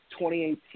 2018